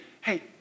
hey